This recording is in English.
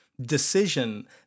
decision